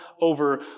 over